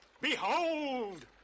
Behold